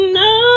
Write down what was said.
no